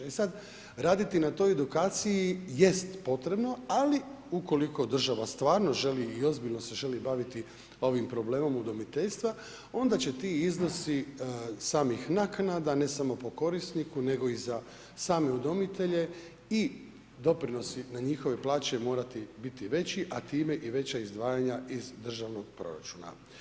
E sad, raditi na toj edukaciji jest potrebno ali ukoliko država stvarno želi i ozbiljno se želi baviti ovim problemom udomiteljstva onda će ti iznosi samih naknada, ne samo po korisniku nego i za same udomitelje i doprinosi na njihove plaće morati biti veći a time i veća izdvajanja iz državnog proračuna.